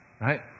right